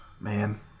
Man